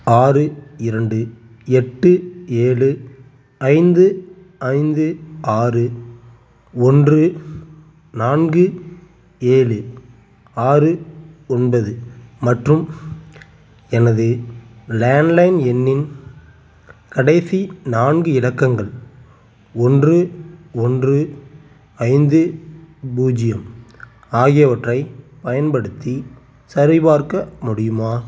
ஆறு இரண்டு எட்டு ஏழு ஐந்து ஐந்து ஆறு ஒன்று நான்கு ஏழு ஆறு ஒன்பது மற்றும் எனது லேண்ட்லைன் எண்ணின் கடைசி நான்கு இலக்கங்கள் ஒன்று ஒன்று ஐந்து பூஜ்ஜியம் ஆகியவற்றைப் பயன்படுத்தி சரிபார்க்க முடியுமா